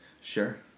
Sure